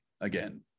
again